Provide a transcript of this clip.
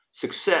success